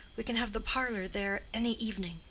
we can have the parlor there any evening.